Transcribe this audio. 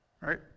Right